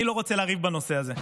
אני לא רוצה לריב בנושא הזה.